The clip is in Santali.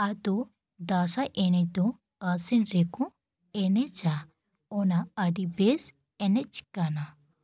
ᱟᱫᱚ ᱫᱟᱥᱟᱭ ᱮᱱᱮᱡ ᱫᱚ ᱟᱥᱤᱱ ᱨᱮᱠᱚ ᱮᱱᱮᱡᱟ ᱚᱱᱟ ᱟᱹᱰᱤ ᱵᱮᱥ ᱮᱱᱮᱡ ᱠᱟᱱᱟ